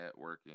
networking